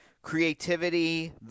Creativity